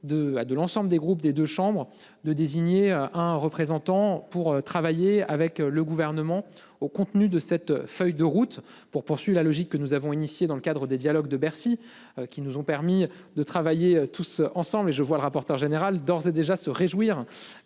de l'ensemble des groupes des deux chambres de désigner un représentant pour travailler avec le gouvernement au contenu de cette feuille de route pour poursuit la logique que nous avons initiée dans le cadre des dialogues de Bercy qui nous ont permis de travailler tous ensemble et je vois le rapporteur général d'ores et déjà se réjouir